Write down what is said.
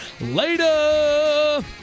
Later